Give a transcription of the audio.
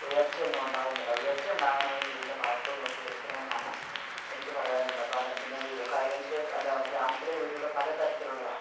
ഉയർച്ചയൊന്നും ഉണ്ടാവുന്നില്ല ഉയർച്ച ഉണ്ടാവണമെങ്കിൽ വീടിൻ്റെ വാസ്തു നോക്കി വയ്ക്കണം എന്നാണ് എനിക്ക് പറയാനുള്ളത് പല പിന്നെ വീട് ഹൈറേഞ്ചിലെ അല്ല ഗ്രാമത്തിലെ വീടുകൾ പലതരത്തിലുള്ളതാ